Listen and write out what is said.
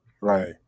Right